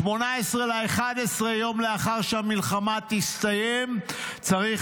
18 בנובמבר: "יום לאחר שהמלחמה תסתיים צריך